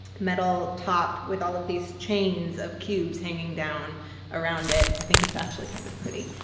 metal top with all of these chains of cubes hanging down around it. i think it's actually kind of pretty.